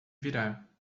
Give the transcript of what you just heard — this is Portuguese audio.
virar